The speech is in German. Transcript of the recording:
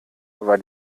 war